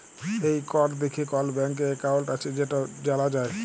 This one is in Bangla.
এই কড দ্যাইখে কল ব্যাংকে একাউল্ট আছে সেট জালা যায়